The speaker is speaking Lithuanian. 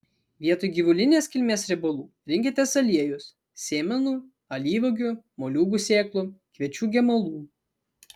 vietoj gyvulinės kilmės riebalų rinkitės aliejus sėmenų alyvuogių moliūgų sėklų kviečių gemalų